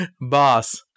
Boss